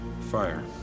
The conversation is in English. Fire